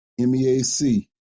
MEAC